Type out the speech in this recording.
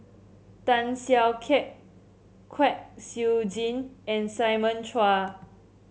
Tan Siak Kew Kwek Siew Jin and Simon Chua